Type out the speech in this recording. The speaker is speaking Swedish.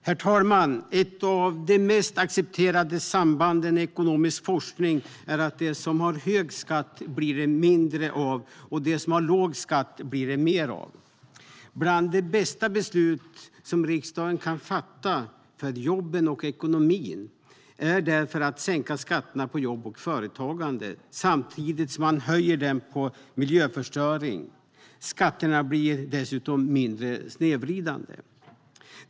Herr talman! Ett av de mest accepterade sambanden i ekonomisk forskning är att det som har hög skatt blir det mindre av och att det som har låg skatt blir det mer av. Bland de bästa beslut som riksdagen kan fatta för jobben och ekonomin är därför att sänka skatterna på jobb och företagande samtidigt som man höjer dem på miljöförstöring. Skatterna blir dessutom mindre snedvridande.